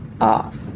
off